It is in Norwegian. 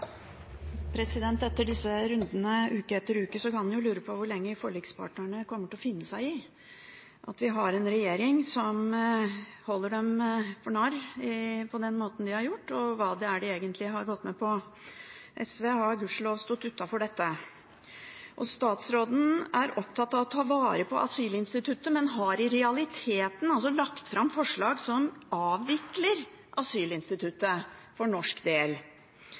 Etter disse rundene, uke etter uke, kan en jo lure på hvor lenge forlikspartnerne kommer til å finne seg i at vi har en regjering som holder dem for narr på den måten de har gjort, og hva det er de egentlig har gått med på. SV har gudskjelov stått utenfor dette. Statsråden er opptatt av å ta vare på asylinstituttet, men har i realiteten lagt fram forslag som avvikler asylinstituttet for norsk del.